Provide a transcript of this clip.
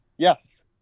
Yes